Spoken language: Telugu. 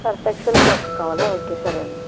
సర్ఫ్ ఎక్సెల్ సర్ఫ్ కావాల ఓకే సరే అండి